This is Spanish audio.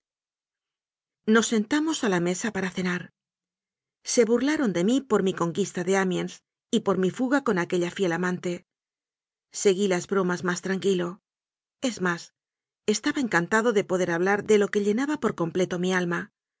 nos sentamos a la mesa para cenar se burla ron de mí por mi conquista de amiens y por mi fuga con aquella fiel amante seguí las bromas tranquilo es más estaba encantado de poder ha blar de lo que llenaba por completo mi alma